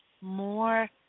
more